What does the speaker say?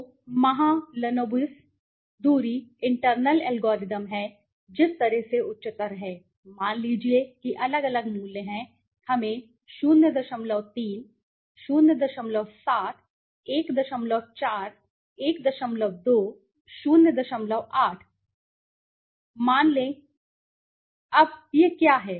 तो महालनोबिस दूरी internal algorithm है जिस तरह से उच्चतर है मान लीजिए कि अलग अलग मूल्य हैं हमें 03 07 14 12 08 मान लें कि अब यह क्या है